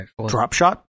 Dropshot